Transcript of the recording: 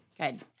Good